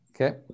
Okay